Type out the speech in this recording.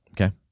okay